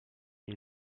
ils